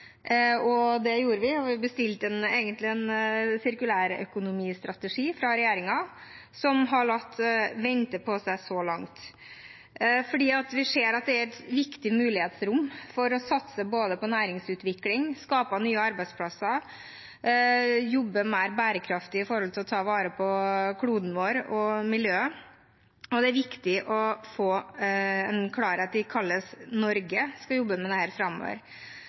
og det gjorde vi. Vi bestilte egentlig en sirkulærøkonomistrategi fra regjeringen, som så langt har latt vente på seg. Vi ser at det er et viktig mulighetsrom for å satse på både næringsutvikling, å skape nye arbeidsplasser og jobbe mer bærekraftig for å ta vare på kloden vår og miljøet, og det er viktig å få klarhet i hvordan Norge skal jobbe med dette framover. EU har laget sitt program. Det